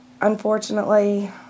Unfortunately